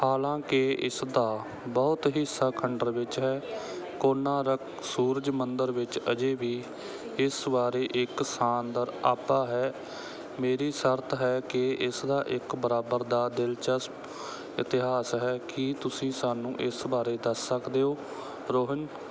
ਹਾਲਾਂਕਿ ਇਸਦਾ ਬਹੁਤ ਹਿੱਸਾ ਖੰਡਰ ਵਿੱਚ ਹੈ ਕੋਨਾਰਕ ਸੂਰਜ ਮੰਦਰ ਵਿੱਚ ਅਜੇ ਵੀ ਇਸ ਬਾਰੇ ਇੱਕ ਸ਼ਾਨਦਾਰ ਆਭਾ ਹੈ ਮੇਰੀ ਸ਼ਰਤ ਹੈ ਕਿ ਇਸਦਾ ਇੱਕ ਬਰਾਬਰ ਦਾ ਦਿਲਚਸਪ ਇਤਿਹਾਸ ਹੈ ਕੀ ਤੁਸੀਂ ਸਾਨੂੰ ਇਸ ਬਾਰੇ ਦੱਸ ਸਕਦੇ ਹੋ ਰੋਹਨ